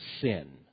Sin